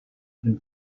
even